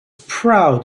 proud